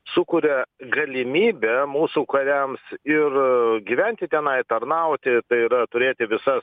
sukuria galimybę mūsų kariams ir gyventi tenai tarnauti tai yra turėti visas